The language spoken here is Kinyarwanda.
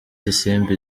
isimbi